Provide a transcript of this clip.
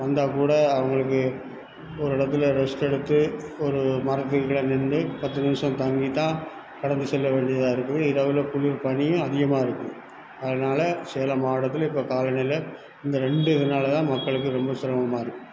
வந்தால் கூட அவங்களுக்கு ஒரு இடத்துல ரெஸ்ட் எடுத்து ஒரு மரத்துக்கு கீழே நின்று பத்து நிமிஷம் தங்கி தான் நடந்து செல்ல வேண்டியதாக இருக்குது இதை விட குளிர் பனியும் அதிகமாக இருக்குது அதனால சேலம் மாவட்டத்தில் இப்போ காலநிலை இந்த ரெண்டு இதனால் தான் மக்களுக்கு ரொம்ப சிரமமாக இருக்குது